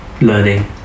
learning